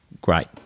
great